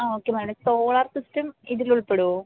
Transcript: ആ okay madam solar system ഇതിൽ ഉൾപ്പെടുവോ